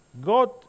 God